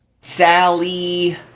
Sally